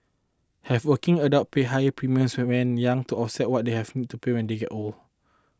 have working adults pay higher premiums when young to offset what they haven't to pay when they get old